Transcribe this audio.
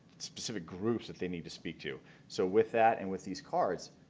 specific groups if they need to speak to so with that and with these cards,